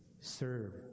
Serve